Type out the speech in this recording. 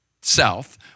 south